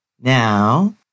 Now